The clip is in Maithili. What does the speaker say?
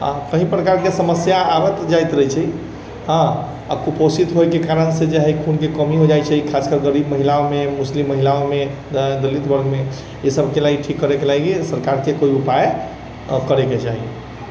आ कइ प्रकारके समस्या आबैत जाइत भी रहै छै हँ आ कुपोषित होएके कारण जे है से खूनके कमी हो जाइ छै खासकर गरीब महिलामे मुस्लिम महिलामे दलित वर्गमे ई सबकेँ लागी ठीक करेके लागी सरकारके कोइ उपाय करेके चाही